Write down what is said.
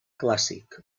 clàssic